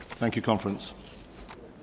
thank you, conference.